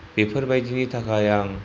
बेफोरबायदिनि थाखाय आं